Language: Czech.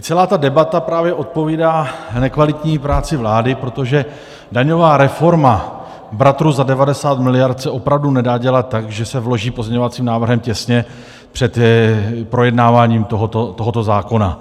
Celá ta debata právě odpovídá nekvalitní práci vlády, protože daňová reforma bratru za 90 miliard se opravdu nedá dělat tak, že se vloží pozměňovacím návrhem těsně před projednáváním tohoto zákona.